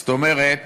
זאת אומרת,